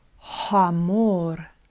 hamor